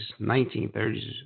1930s